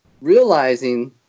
realizing